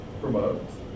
promotes